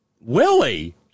Willie